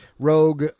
Rogue